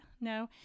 No